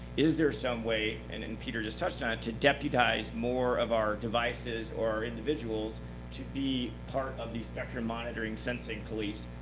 is there some way and and peter just touched on it to deputize more of our devices our individuals to be part of the spectrum monitoring sensing police,